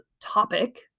topic